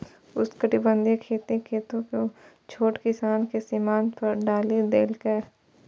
उष्णकटिबंधीय खेती कतेको छोट किसान कें सीमांत पर डालि देलकै